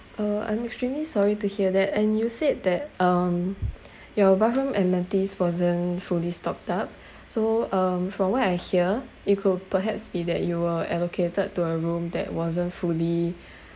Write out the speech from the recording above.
uh I'm extremely sorry to hear that and you said that um your bathroom amenities wasn't fully stocked up so um from what I hear it could perhaps be that you were allocated to a room that wasn't fully